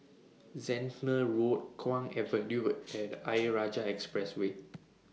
Zehnder Road Kwong Avenue and Ayer Rajah Expressway